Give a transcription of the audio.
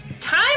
Time